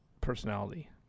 personality